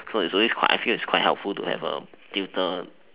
so is always quite I feel it's quite helpful to have a tutor